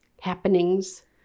happenings